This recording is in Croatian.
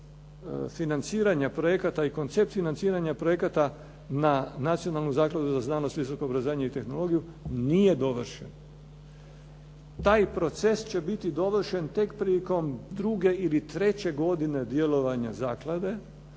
financiranja projekata i koncept financiranja projekata na Nacionalnu zakladu za znanost i visoko obrazovanje i tehnologiju nije dovršen. Taj proces će biti dovršen tek prilikom druge ili treće godine djelovanja zaklade,